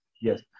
Yes